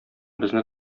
безне